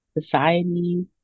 society